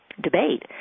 debate